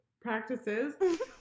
practices